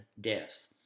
death